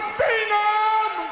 Phenom